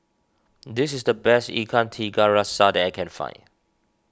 this is the best Ikan Tiga Rasa that I can find